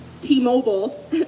T-Mobile